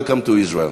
Welcome to Israel.